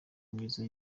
myiza